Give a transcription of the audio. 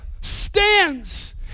stands